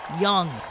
Young